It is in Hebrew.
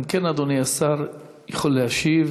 אם כן, אדוני השר יכול להשיב.